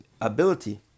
ability